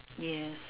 yes